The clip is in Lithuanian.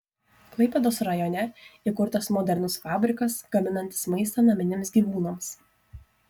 klaipėdos rajone įkurtas modernus fabrikas gaminantis maistą naminiams gyvūnams